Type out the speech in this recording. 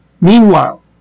Meanwhile